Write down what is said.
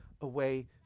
away